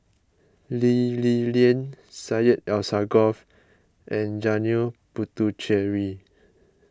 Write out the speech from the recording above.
Lee Li Lian Syed Alsagoff and Janil Puthucheary